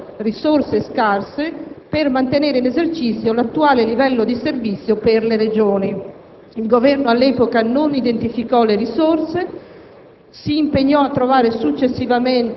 vorrei segnalare la delicatezza della questione di cui stiamo parlando. Se il Governo, dopo l'accoglimento degli ordini del giorno da noi presentati, non interverrà stanziando le risorse adeguate